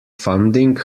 funding